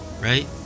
right